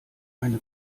eine